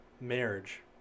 marriage